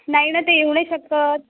नाही ना ते येऊ नाही शकत